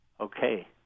Okay